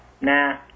nah